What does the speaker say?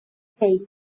hey